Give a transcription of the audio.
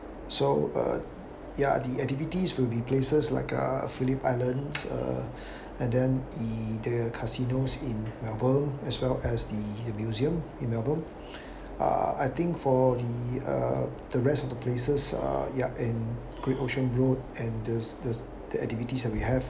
so uh ya the activities will be places like uh phillip island uh and then the there casinos in melbourne as well as the museum in melbourne ah I think for the uh the rest of the places ah yup great ocean road and there's there's the activities that we have